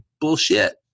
bullshit